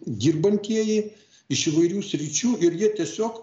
dirbantieji iš įvairių sričių ir jie tiesiog